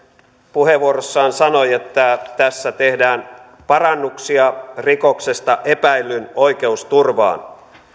puheenvuorossaan sanoi että tässä tehdään parannuksia rikoksesta epäillyn oikeusturvaan